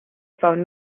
phone